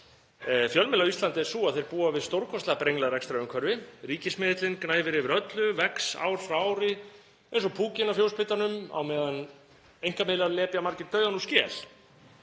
fjölmiðla á Íslandi er sú að þeir búa við stórkostlega brenglað rekstrarumhverfi. Ríkismiðillinn gnæfir yfir öllu, vex ár frá ári eins og púkinn á fjósbitanum á meðan einkamiðlar lepja margir dauðann úr skel.